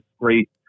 great